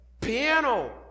piano